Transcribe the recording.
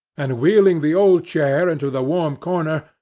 and wheeling the old chair into the warm corner,